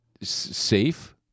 safe